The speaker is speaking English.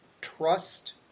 trust